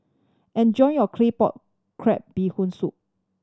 enjoy your Claypot Crab Bee Hoon Soup